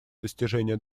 достижения